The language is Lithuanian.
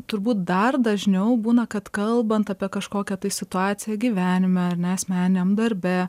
turbūt dar dažniau būna kad kalbant apie kažkokią tai situaciją gyvenime ane asmeniniam darbe